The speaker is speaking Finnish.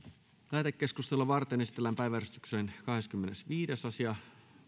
lähetekeskustelua varten esitellään päiväjärjestyksen kahdeskymmenesviides asia